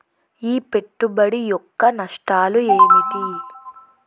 ఈ పెట్టుబడి యొక్క నష్టాలు ఏమిటి?